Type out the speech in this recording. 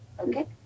Okay